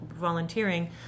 volunteering